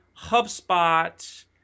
HubSpot